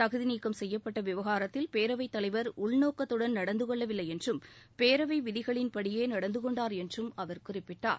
தகுதிநீக்கம் செய்யப்பட்ட விவகாரத்தில் பேரவைத் தலைவர் உள்நோக்கத்துடன் நடந்து கொள்ளவில்லை என்றும் பேரவை விதிகளின் படியே நடந்து கொண்டார் என்றும் அவர் குறிப்பிட்டார்